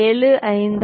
75 ஆகும்